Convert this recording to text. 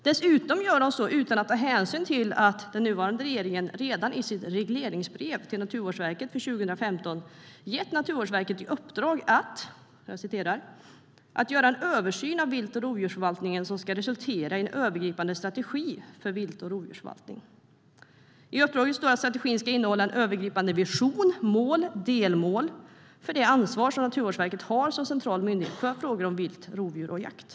Dessutom tar de inte hänsyn till att regeringen redan i sitt regleringsbrev till Naturvårdsverket för 2015 gett Naturvårdsverket i uppdrag att göra en översyn av vilt och rovdjursförvaltningen som ska resultera i en övergripande strategi för vilt och rovdjursförvaltningen. I uppdraget ingår att strategin ska innehålla en övergripande vision, mål och delmål för det ansvar som Naturvårdsverket har som central myndighet för frågor om vilt, rovdjur och jakt.